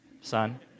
son